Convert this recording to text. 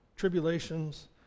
tribulations